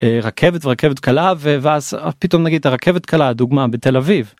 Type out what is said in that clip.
רכבת זו רכבת קלה ואז פתאום נגיד הרכבת קלה דוגמה בתל אביב.